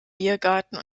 biergarten